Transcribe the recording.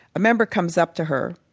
a member comes up to her,